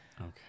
okay